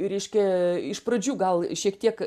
reiškia iš pradžių gal šiek tiek